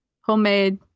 Homemade